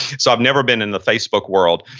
so, i've never been in the facebook world.